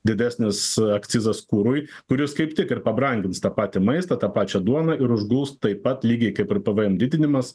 didesnis akcizas kurui kuris kaip tik ir pabrangins tą patį maistą tą pačią duoną ir užguls taip pat lygiai kaip ir pavajem didinimas